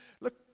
Look